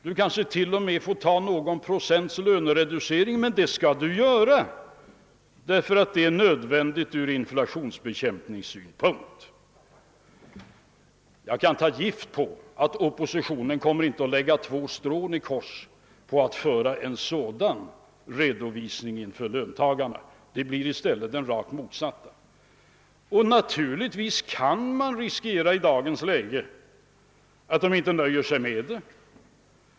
Du kanske till och med får ta någon procents lönereducering, men det skall du göra, eftersom det är nödvändigt ur inflationsbekämpningssynpunkt.» Jag kan ta gift på att oppositionen inte kommer att lägga två strån i kors för att ge löntagarna en sådan redovisning; det blir i stället den rakt motsatta redovisningen. Naturligtvis kan man i dagens läge riskera att löntagarna inte nöjer sig med detta.